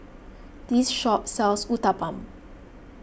this shop sells Uthapam